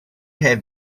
have